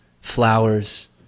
flowers